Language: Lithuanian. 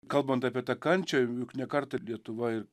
kalbant apie tą kančią juk ne kartą lietuva ir